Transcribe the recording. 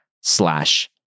slash